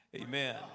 Amen